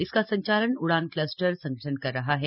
इसका संचालन उड़ान क्लस्टर संगठन कर रहा है